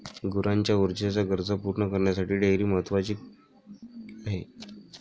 गुरांच्या ऊर्जेच्या गरजा पूर्ण करण्यासाठी डेअरी महत्वाची आहे